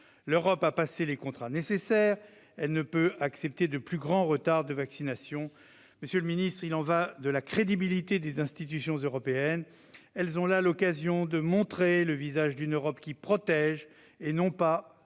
L'Europe a passé les contrats nécessaires ; elle ne peut accepter de plus grands retards dans la vaccination. Monsieur le secrétaire d'État, il y va de la crédibilité des institutions européennes ; elles ont là l'occasion de montrer le visage d'une Europe qui protège et non d'une